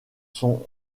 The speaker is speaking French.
sont